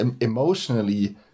emotionally